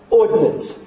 ordinance